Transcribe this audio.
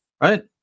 right